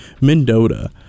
Mendota